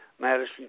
Madison